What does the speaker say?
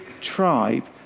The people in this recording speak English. tribe